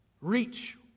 reach